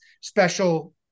special